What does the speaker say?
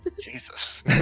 Jesus